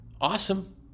awesome